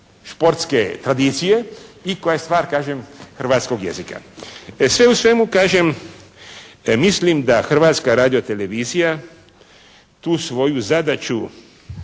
športske tradicije i koja je stvar kažem hrvatskog jezika. Sve u svemu kažem mislim da Hrvatska radiotelevizija tu svoju zadaću